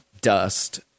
dust